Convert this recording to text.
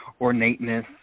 ornateness